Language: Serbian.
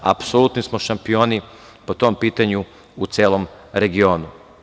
Apsolutni smo šampioni po tom pitanju u celom regionu.